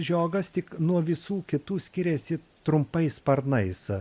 žiogas tik nuo visų kitų skiriasi trumpais sparnais